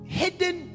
hidden